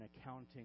accounting